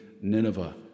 Nineveh